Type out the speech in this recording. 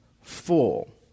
full